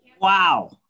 wow